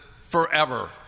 forever